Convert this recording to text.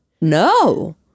no